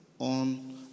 On